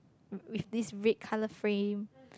with this red colour frame